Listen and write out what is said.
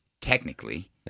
technically